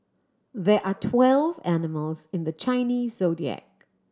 there are twelve animals in the Chinese Zodiac